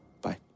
Bye